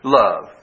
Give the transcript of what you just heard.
love